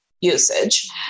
usage